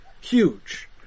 Huge